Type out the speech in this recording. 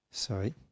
Sorry